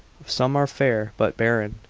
some are fair but barren,